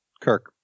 Kirk